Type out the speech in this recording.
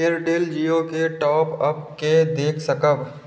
Airtel Jio के top up के देख सकब?